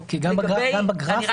לגבי --- כי גם בגרף --- אני רק